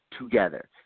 together